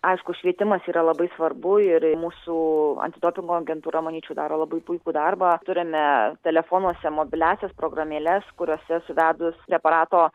aišku švietimas yra labai svarbu ir mūsų antidopingo agentūra manyčiau daro labai puikų darbą turime telefonuose mobiliąsias programėles kuriose suvedus preparato